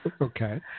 Okay